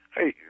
Hey